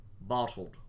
bottled